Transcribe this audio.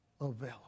available